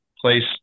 place